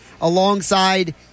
alongside